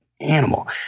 animal